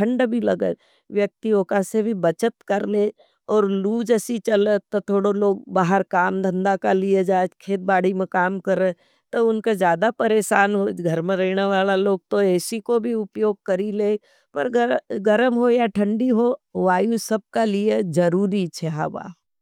थंड भी लगें। व्यक्ति उकासे भी बचत कर लें। और लू जसी चलें तो थोड़ो लोग बाहर काम धन्दा का लिए जाएं। खेद बाडी में काम कर रहें। तो उनके ज़्यादा परेशान होई। घरम में रहना वाला लोग तो एसी को भी उप्योग करी लें। पर गर्म हो या थंडी हो वायू सबका लिए ज़रूरी छे हवा।